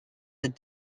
des